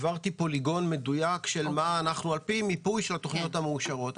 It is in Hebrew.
העברתי פוליגון מדויק לפי מיפוי של התכניות המאושרות.